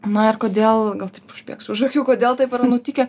na ir kodėl gal taip užbėgsiu už akių kodėl taip yra nutikę